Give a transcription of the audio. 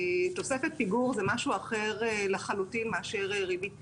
תוספת פיגור זה משהו אחר לחלוטין מאשר ריבית פיגורים.